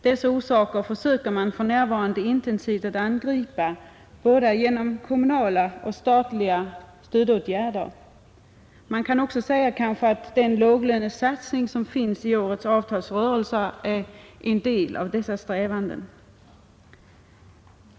Dessa orsaker angrips för närvarande intensivt genom både kommunala och statliga stödåtgärder. Man kan också säga att låglönesatsningen i årets avtalsrörelse är en del av dessa strävanden.